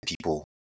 people